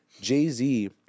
Jay-Z